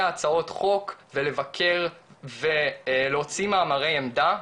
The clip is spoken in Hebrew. הצעות חוק ולבקר להוציא מאמרי עמדה,